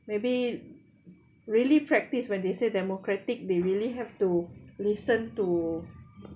maybe really practice when they said democratic they really have to listen to